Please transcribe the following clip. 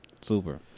super